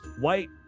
white